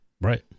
Right